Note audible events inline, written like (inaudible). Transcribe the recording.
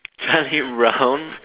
(laughs) it round